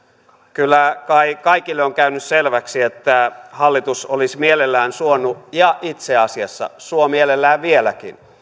kyllä kai kaikille on käynyt selväksi että hallitus olisi mielellään suonut ja itse asiassa suo mielellään vieläkin